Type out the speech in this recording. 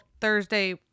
Thursday